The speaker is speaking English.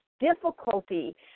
difficulty